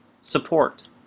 support